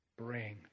bring